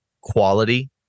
quality